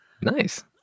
nice